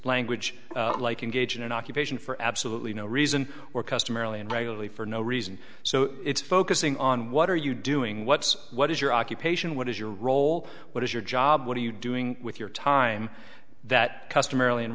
language like in gauge an occupation for absolutely no reason or customarily and regularly for no reason so it's focusing on what are you doing what's what is your occupation what is your role what is your job what are you doing with your time that customarily and